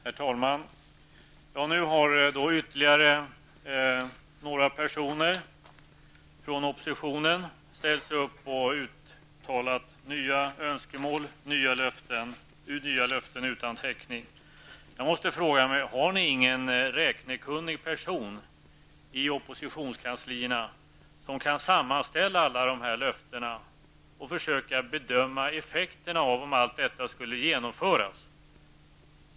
Herr talman! Nu har ytterligare några personer från oppositionen uttalat nya önskemål och givit löften utan täckning. Har ni ingen räknekunnig person i oppositionskanslierna som kan sammanställa alla dessa löften och försöka bedöma effekterna av om alla dessa löften skulle infrias?